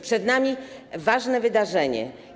Przed nami ważne wydarzenie.